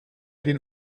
den